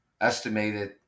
Estimated